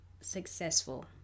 successful